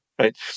Right